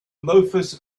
loafers